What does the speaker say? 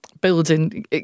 building